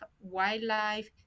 wildlife